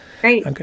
great